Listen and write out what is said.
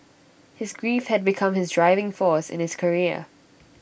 his grief had become his driving force in his career